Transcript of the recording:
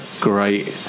great